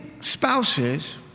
spouses